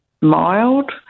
mild